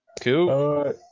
Cool